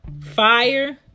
fire